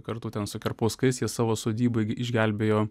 kartu ten su kerpauskais jie savo sodyboj išgelbėjo